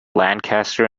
lancaster